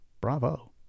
Bravo